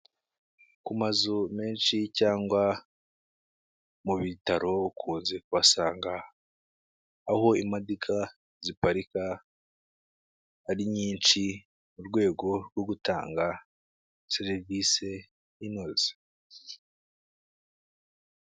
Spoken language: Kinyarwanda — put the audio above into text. Ku mazu menshi cyangwa mu bitaro ukunze kubasanga aho imodoka ziparika ari nyinshi, mu rwego rwo gutanga serivise inoze.